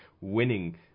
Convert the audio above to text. winning